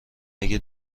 اگه